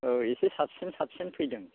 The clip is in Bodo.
औ एसे साबसिन साबसिन फैदों